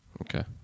Okay